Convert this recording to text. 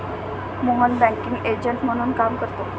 Mohan banking agent म्हणून काम करतो